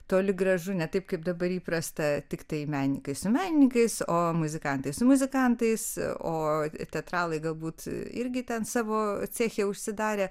toli gražu ne taip kaip dabar įprasta tiktai menininkai su menininkais o muzikantai su muzikantais o teatralai galbūt irgi ten savo ceche užsidarę